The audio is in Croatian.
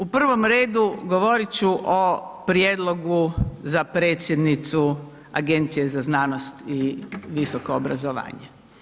U prvom redu govorit ću o prijedlogu za predsjednicu Agencije za znanost i visoko obrazovanje.